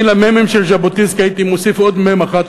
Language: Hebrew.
אני למ"מים של ז'בוטינסקי הייתי מוסיף עוד מ"ם אחת,